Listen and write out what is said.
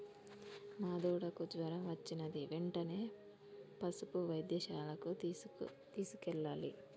మా దూడకు జ్వరం వచ్చినది వెంటనే పసుపు వైద్యశాలకు తీసుకెళ్లాలి